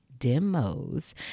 demos